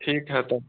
ठीक है तो